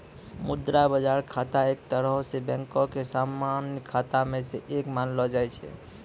मुद्रा बजार खाता एक तरहो से बैंको के समान्य खाता मे से एक मानलो जाय छै